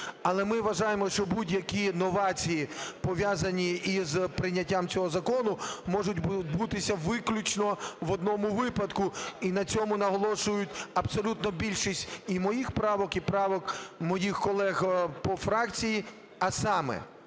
Але ми вважаємо, що будь-які новації, пов'язані із прийняттям цього закону, можуть бути виключно в одному випадку, і на цьому наголошують абсолютна більшість і моїх правок, і правок моїх колег по фракції, а саме: